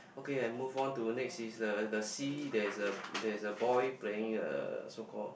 okay I move on to next is the the sea there is a there is a boy playing uh so called